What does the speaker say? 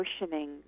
motioning